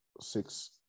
six